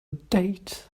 date